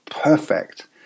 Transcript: perfect